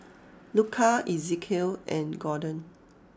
Luka Ezekiel and Gorden